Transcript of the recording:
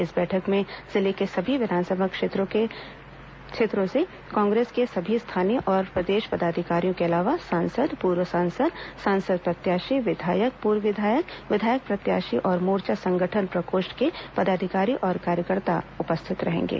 इस बैठक में जिले के सभी विधानसभा क्षेत्रों से कांग्रेंस के सभी स्थानीय और प्रदेश पदाधिकारियों के अलावा सांसद पूर्व सांसद सांसद प्रत्याशी विधायक पर्व विधायक विधायक प्रत्याशी और मोर्चा संगठन प्रकोष्ठ के पदाधिकारी और कार्यकर्ता उपस्थित रहेंगे